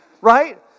right